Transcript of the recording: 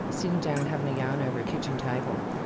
sitting down and having a yarn over a kitchen table.